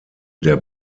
der